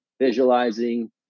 visualizing